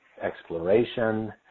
exploration